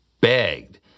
begged